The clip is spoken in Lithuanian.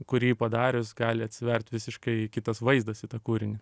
kurį padarius gali atsivert visiškai kitas vaizdas į tą kūrinį